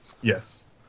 Yes